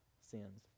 sins